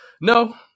no